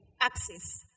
access